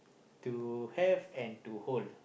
to have and to hold